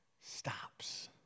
stops